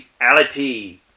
reality